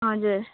हजुर